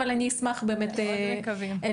אבל אני אשמח באמת להסבר.